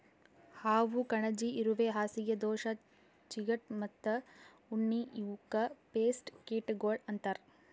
ಹಾವು, ಕಣಜಿ, ಇರುವೆ, ಹಾಸಿಗೆ ದೋಷ, ಚಿಗಟ ಮತ್ತ ಉಣ್ಣಿ ಇವುಕ್ ಪೇಸ್ಟ್ ಕೀಟಗೊಳ್ ಅಂತರ್